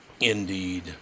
Indeed